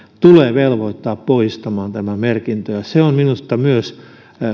tulee velvoittaa poistamaan tämä merkintä se on minusta myös